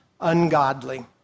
ungodly